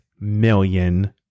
million